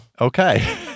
Okay